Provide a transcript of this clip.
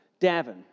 Davin